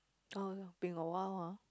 oh been a while ah